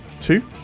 two